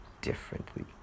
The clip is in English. differently